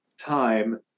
time